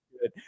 good